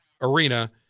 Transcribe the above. arena